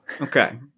okay